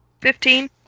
Fifteen